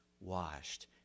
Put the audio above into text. washed